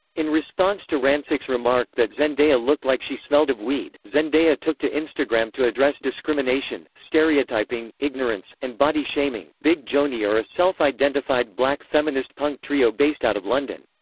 in response to rancic's remark that zendaya looked like she smelled of weed, zendaya took to instagram to address discrimination, stereotyping, ignorance, and body shaming big joanie are a self identified black feminist punk trio based out of london.